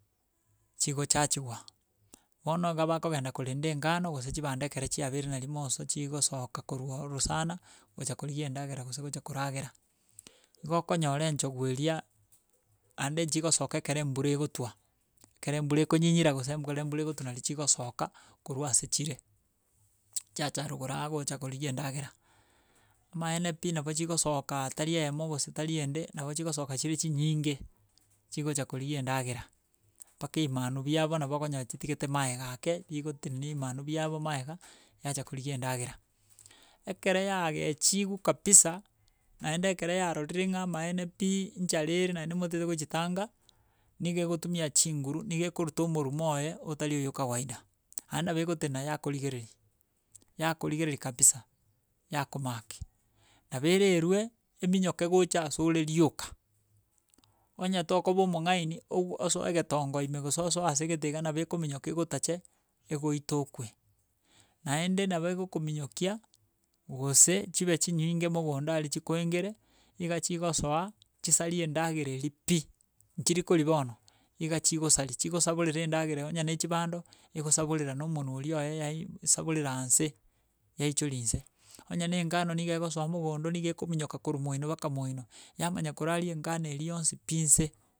Chigochachiwa, bono iga bakongenda korenda engano gose chibando ekere chiabeire nari moreso chigosoka korwa oro orosana, gocha korigia endagera gose gocha koragera. Igo okonyora enchogu eria naende chigosoka ekere embura egotwa, ekere embura ekonyinyira, gose embu ekero embura egotwa nari chigosoka, korwa ase chire chiacha rogoro aa gocha korigia endagera. Amaene pi nabo chigosokaa tari eyemo gose tari ende, nabo chigosoka chire chinyinge, chigocha korigia endagera, mpaka ebimanu biabo nabo okonyora chitigete maega ake rigoteneni ebimanu biabo maega, yacha korigia endagera. Ekere yagechigu kabisa naende ekere yarorire ng'a amaene pi nchara ere naende motaete gochitanga, niga egotumia chinguru niga ekoruta omorumo oye, otari oyo okawaida, naende nabo egotenena yakorigereri yakorigereri kabisa yakomaki. Nabo ererwe, eminyoke gocha asore rioka onye tokoba omong'aini ogu osoe egetongo ime gose osoe asegete nabo ekominyoka egotache egoite okwe, naende nabo egokominyokia gose chibe chinyige mogondo aria chikoengere niga chigosoa chisari endagera eria pi. nchiri koria bono, iga chigosari chigosaborera endagera onye na chibando, engosaborera na omonwe oria oye yaisaborera nse, yaichori nse, onye na engano niga egosoa mogondo niga ekominyoka koru moino mpaka moino, yamanya koraria engano eria yonsi pi nse.